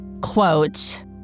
Quote